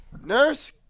nurse